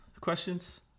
questions